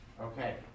Okay